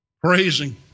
praising